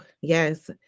yes